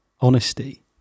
honesty